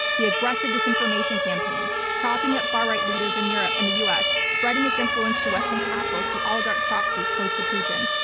the aggressive disinformation campaigns, propping up far-right leaders in europe, in and the us, spreading its influence to western capitals through oligarch proxies close to putin,